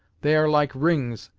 they are like rings,